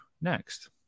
next